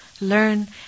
learn